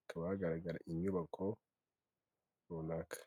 hakaba hagaragara inyubako runaka.